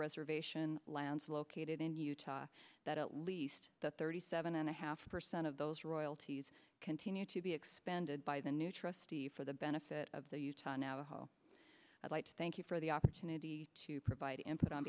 reservation lands located in utah that at least thirty seven and a half percent of those royalties continue to be expanded by the new trustee for the benefit of the utah navajo i'd like to thank you for the opportunity to provide input on